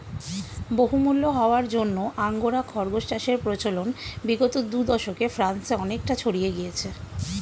বহুমূল্য হওয়ার জন্য আঙ্গোরা খরগোশ চাষের প্রচলন বিগত দু দশকে ফ্রান্সে অনেকটা ছড়িয়ে গিয়েছে